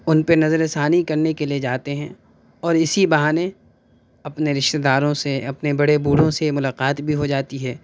ان پہ نظر ثانی کرنے کے لیے جاتے ہیں اور اسی بہانے اپنے رشتےداروں سے اپنے بڑے بوڑھوں سے ملاقات بھی ہو جاتی ہے